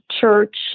church